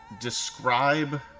describe